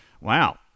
Wow